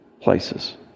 places